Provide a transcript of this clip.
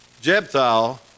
Jephthah